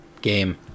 Game